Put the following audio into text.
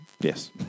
Yes